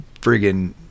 friggin